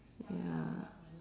ya